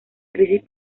crisis